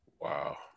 Wow